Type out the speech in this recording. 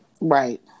Right